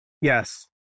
Yes